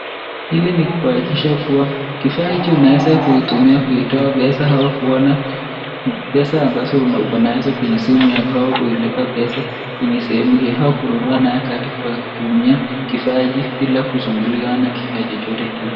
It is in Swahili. Hili ni kuhakikisha kuwa kifaa hicho unaweza kuitumia kuitoa pesa au kuona pesa ambazo uko nazo kwenye simu yako au kuilipa pesa kwenye sehemu hiyo au kununua nayo wakati wa kutumia kifaa hicho bila kusumbuliwa na kifaa chochote ile.